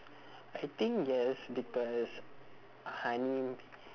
I think yes because honey